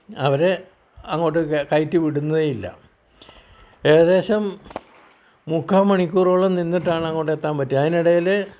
അവരെ അങ്ങോട്ട് കയറ്റി വിടുന്നേ ഇല്ല ഏകദേശം മുക്കാൽ മണിക്കൂറോളം നിന്നിട്ടാണ് അങ്ങോട്ട് എത്താൻ പറ്റിയത് അതിനിടയിൽ